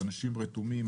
אנשים רתומים,